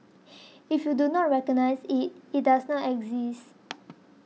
if you do not recognise it it does not exist